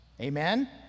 Amen